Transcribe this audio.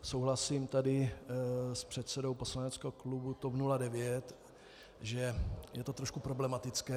Souhlasím tady s předsedou poslaneckého klubu TOP 09, že je to trošku problematické.